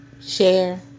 share